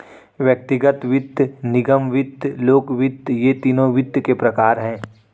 व्यक्तिगत वित्त, निगम वित्त, लोक वित्त ये तीनों वित्त के प्रकार हैं